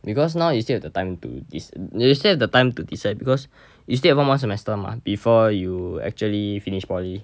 because now you still have the time ji~ you still have the time to decide because you still have one more semester mah before you actually finish poly